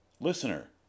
Listener